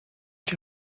die